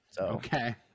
Okay